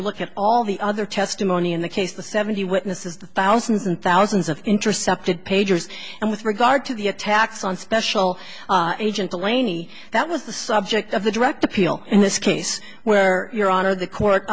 you look at all the other testimony in the case the seventy witnesses the thousands and thousands of intercepted pagers and with regard to the attacks on special agent the laney that was the subject of the direct appeal in this case where your honor the court